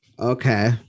Okay